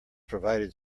provided